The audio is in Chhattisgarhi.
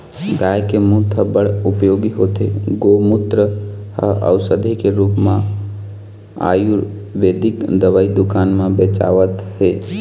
गाय के मूत ह बड़ उपयोगी होथे, गोमूत्र ह अउसधी के रुप म आयुरबेदिक दवई दुकान म बेचावत हे